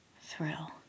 thrill